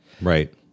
Right